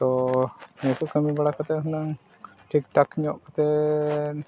ᱛᱳ ᱱᱤᱭᱟᱹ ᱠᱚ ᱠᱟᱹᱢᱤ ᱵᱟᱲᱟ ᱠᱟᱛᱮᱫ ᱦᱩᱱᱟᱹᱝ ᱴᱷᱤᱠᱼᱴᱷᱟᱠ ᱧᱚᱜ ᱠᱟᱛᱮᱫ